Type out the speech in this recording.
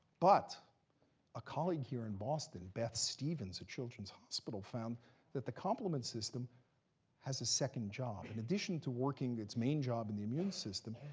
but a colleague here in boston, beth stevens at children's hospital, found that the complement system has a second job. in addition to working its main job in the immune system,